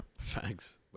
Thanks